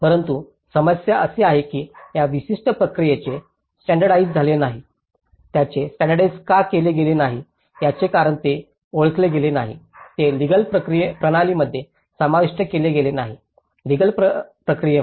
परंतु समस्या अशी आहे की या विशिष्ट प्रक्रियेचे स्टॅण्डर्डाइज्ड झाले नाही त्याचे स्टॅण्डर्डाइज्ड का केले गेले नाही याचे कारण ते ओळखले गेले नाही ते लीगल प्रणालीमध्ये समाविष्ट केले गेले नाही लीगल प्रक्रियेमध्ये